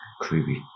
Creepy